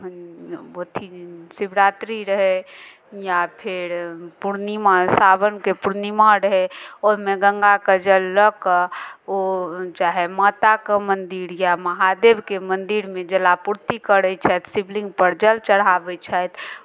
अथी शिवरात्रि रहै या फेर पूर्णिमा सावनके पूर्णिमा रहै ओहिमे गङ्गाके जल लऽ कऽ ओ चाहे माताके मन्दिर या महादेवके मन्दिरमे जलापूर्ति करै छथि शिवलिङ्गपर जल चढ़ाबै छथि